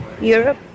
Europe